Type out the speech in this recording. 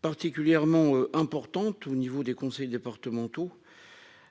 particulièrement importantes au niveau des conseils départementaux